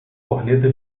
corneta